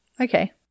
Okay